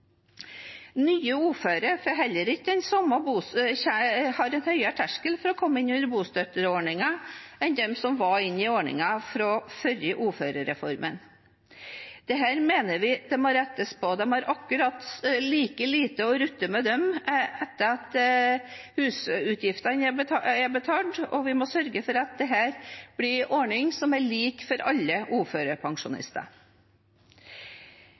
Nye uføre har en høyere terskel for å komme inn under bostøtteordningen enn dem som var inne i ordningen fra før uførereformen. Dette mener vi det må rettes på. De har akkurat like lite å rutte med etter at boligutgiftene er betalt, og vi må sørge for at dette blir en ordning som er lik for alle uførepensjonister.